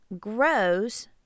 grows